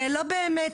לא באמת